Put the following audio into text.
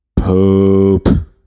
Poop